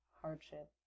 hardship